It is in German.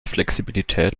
flexibilität